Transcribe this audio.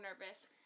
nervous